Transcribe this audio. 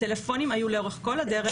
הטלפונים היו לאורך כל הדרך,